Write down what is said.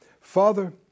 Father